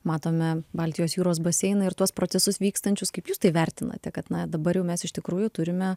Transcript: matome baltijos jūros baseiną ir tuos procesus vykstančius kaip jūs tai vertinate kad dabar jau mes iš tikrųjų turime